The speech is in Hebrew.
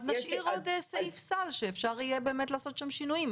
אז נשאיר עוד סעיף סל שאפשר יהיה לעשות שם שינויים.